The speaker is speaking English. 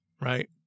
right